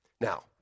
Now